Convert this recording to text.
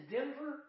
Denver